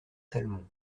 salmon